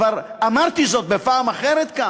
וכבר אמרתי זאת בפעם אחרת כאן,